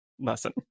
lesson